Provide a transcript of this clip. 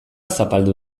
zapaldu